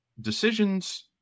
decisions